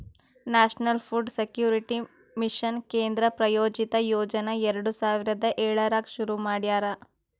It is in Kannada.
ನ್ಯಾಷನಲ್ ಫುಡ್ ಸೆಕ್ಯೂರಿಟಿ ಮಿಷನ್ ಕೇಂದ್ರ ಪ್ರಾಯೋಜಿತ ಯೋಜನಾ ಎರಡು ಸಾವಿರದ ಏಳರಾಗ್ ಶುರು ಮಾಡ್ಯಾರ